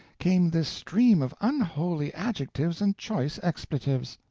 came this stream of unholy adjectives and choice expletives.